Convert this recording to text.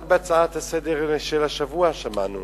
רק בהצעה לסדר-היום של השבוע שמענו